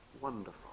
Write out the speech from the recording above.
wonderful